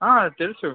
తెలుసు